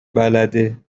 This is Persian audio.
بلده